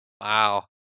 Wow